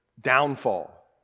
downfall